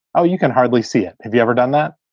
oh, you can hardly see it. have you ever done that?